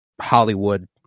Hollywood